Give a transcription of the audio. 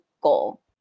goal